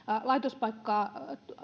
laitospaikkaa